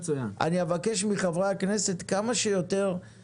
אני מבין את מה שאתה אומר,